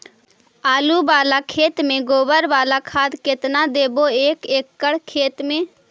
आलु बाला खेत मे गोबर बाला खाद केतना देबै एक एकड़ खेत में?